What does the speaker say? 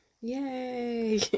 Yay